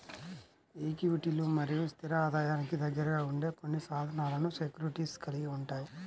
ఈక్విటీలు మరియు స్థిర ఆదాయానికి దగ్గరగా ఉండే కొన్ని సాధనాలను సెక్యూరిటీస్ కలిగి ఉంటాయి